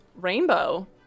rainbow